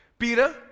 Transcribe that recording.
Peter